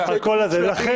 לאנשים תוכנית הילה?